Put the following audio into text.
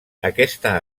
aquesta